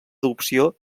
adopció